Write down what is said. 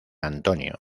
antonio